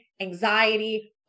anxiety